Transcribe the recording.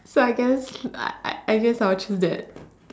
so I just I I guess I will choose that